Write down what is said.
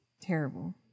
Terrible